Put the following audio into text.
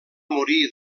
morir